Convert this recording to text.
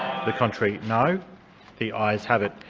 the contrary, no the ayes have it.